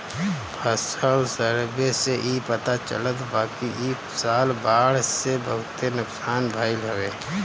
फसल सर्वे से इ पता चलल बाकि इ साल बाढ़ से बहुते नुकसान भइल हवे